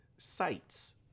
Sites